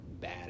bad